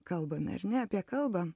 kalbame ar ne apie kalbą